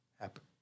happen